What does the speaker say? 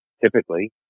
typically